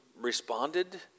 responded